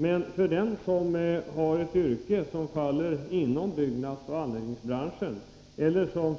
Men den som har ett yrke inom byggnadsoch anläggningsbranschen eller som